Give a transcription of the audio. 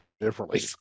differently